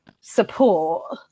support